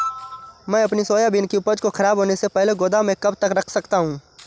मैं अपनी सोयाबीन की उपज को ख़राब होने से पहले गोदाम में कब तक रख सकता हूँ?